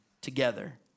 together